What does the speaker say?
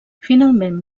finalment